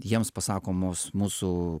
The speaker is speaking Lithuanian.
jiems pasakomos mūsų